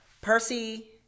Percy